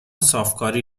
صافکاری